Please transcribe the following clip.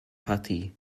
parti